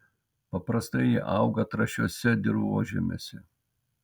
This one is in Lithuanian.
paprastai jie auga trąšiuose dirvožemiuose